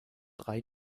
drei